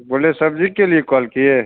बोलिए सब्जी के लिए कॉल किए